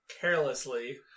carelessly